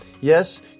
yes